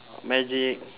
magic